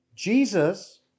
Jesus